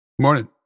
Morning